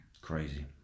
Crazy